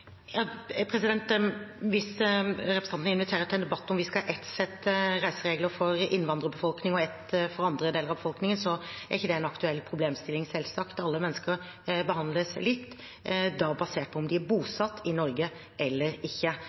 Hvis representanten inviterer til en debatt om vi skal ha ett sett med reiseregler for innvandrerbefolkningen og ett for andre deler av befolkningen, er det selvsagt ikke en aktuell problemstilling. Alle mennesker behandles likt, basert på om de er bosatt i Norge eller ikke.